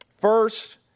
First